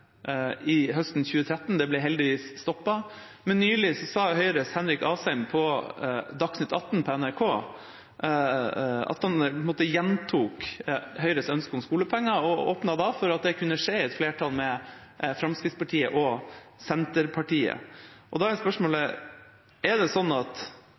høsten 2013. Det ble heldigvis stoppet. Men nylig gjentok Høyres Henrik Asheim, på Dagsnytt 18 på NRK, Høyres ønske om å innføre skolepenger. Han åpnet da for at det kunne skje i et flertall med Fremskrittspartiet og Senterpartiet. Da er spørsmålet: Hvordan mener statsråden at